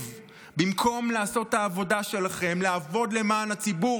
במקום לעשות את העבודה שלכם: לעבוד למען הציבור